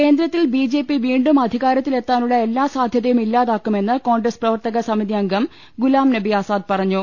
കേന്ദ്രത്തിൽ ബിജെപി വീണ്ടും അധിക്കാര്ത്തിലെത്താനുള്ള എല്ലാ സാധ്യതയും ഇല്ലാതാക്കുമെന്ന് കോൺഗ്ര്സ് പ്രവർത്തക സമിതി അംഗം ഗുലാംനബി ആസാദ് പറഞ്ഞു